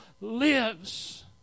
lives